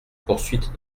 poursuite